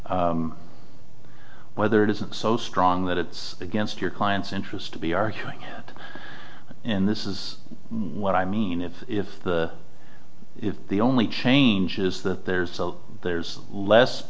whether it isn't so strong that it's against your client's interest to be arguing and this is what i mean it's if the is the only changes that there is so there's less